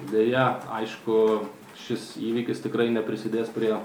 deja aišku šis įvykis tikrai neprisidės prie